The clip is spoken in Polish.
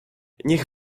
niech